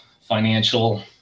financial